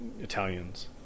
Italians